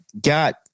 got